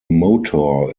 motor